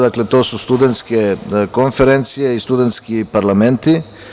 Dakle, to su studentske konferencije i studentski parlamenti.